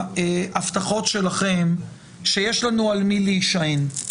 מההבטחות שלכם שיש לנו על מי להישען.